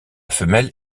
femelle